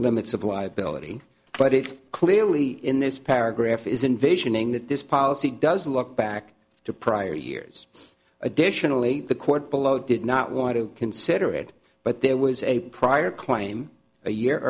limits of liability but it clearly in this paragraph is invasion ing that this policy doesn't look back to prior years additionally the court below did not want to consider it but there was a prior claim a year